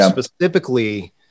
specifically